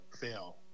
fail